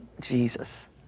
Jesus